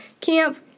Camp